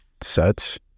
sets